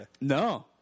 No